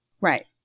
Right